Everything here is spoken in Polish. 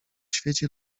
świecie